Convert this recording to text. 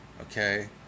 Okay